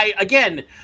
again